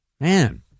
Man